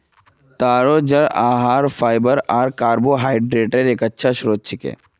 तारो जड़ आहार फाइबर आर अच्छे कार्बोहाइड्रेटक एकता उत्कृष्ट स्रोत छिके